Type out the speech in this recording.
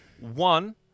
One